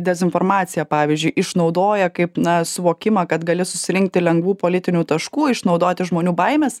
dezinformaciją pavyzdžiui išnaudoja kaip na suvokimą kad gali susirinkti lengvų politinių taškų išnaudoti žmonių baimes